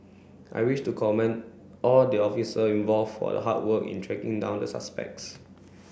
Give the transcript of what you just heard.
I wish to commend all the officer involved for the hard work in tracking down the suspects